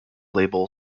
label